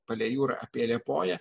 palei jūrą apie liepoją